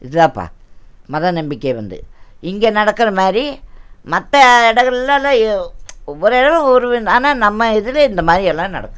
இதுதாப்பா மத நம்பிக்கை வந்து இங்கே நடக்கிற மாதிரி மற்ற இடங்களெல்லாம் எவ் ஒவ்வொரு இடங்கள்ல ஒவ்வொரு வின் ஆனால் நம்ம இதில் இந்த மாதிரியெல்லாம் நடக்கும்